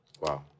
Wow